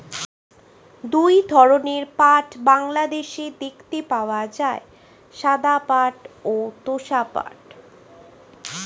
দুই ধরনের পাট বাংলাদেশে দেখতে পাওয়া যায়, সাদা পাট ও তোষা পাট